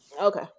okay